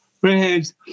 friends